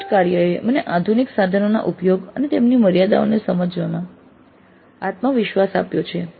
project કાર્યએ મને આધુનિક સાધનોના ઉપયોગ અને તેમની મર્યાદાઓને સમજવામાં આત્મવિશ્વાસ આપ્યો છે